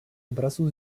obrazů